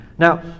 Now